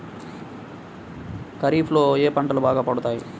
ఖరీఫ్లో ఏ పంటలు బాగా పండుతాయి?